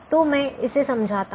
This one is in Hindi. तो मैं इसे समझाता हूं